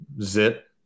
Zip